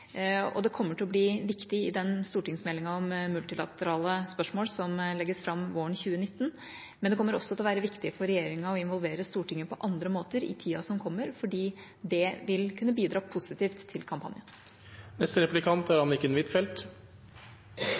kampanjen. Det kommer til å bli viktig i den stortingsmeldinga om multilaterale spørsmål som legges fram våren 2019, men det kommer også til å være viktig for regjeringa å involvere Stortinget på andre måter i tida som kommer, for det vil kunne bidra positivt i kampanjen. Det militære bidraget i kampen mot ISIL er